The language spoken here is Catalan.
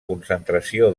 concentració